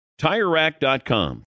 TireRack.com